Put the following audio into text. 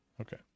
okay